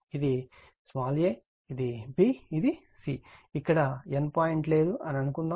ఇది a ఇది b ఇది c ఇక్కడ N పాయింట్ లేదు అని అనుకుందాం